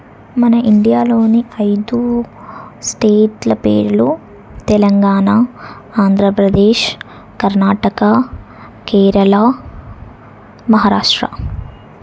మన ఇండియాలోని ఐదు స్టేట్ల పేర్లు తెలంగాణ ఆంధ్రప్రదేశ్ కర్ణాటక కేరళ మహారాష్ట్ర